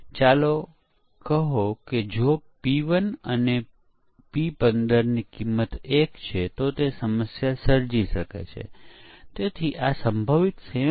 તેથી આપણે હમણાં જ ટ્રિપલેટની ચર્ચા કરી જે પરીક્ષણ કેસનું વર્ણન કરવા માટે ખૂબ જ ઓછી હતી પરંતુ અહીં પરીક્ષણ કેસ રેકોર્ડ કરવા માટેનું વધુ વિસ્તૃત ફોર્મેટ આપેલ છે